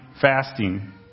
fasting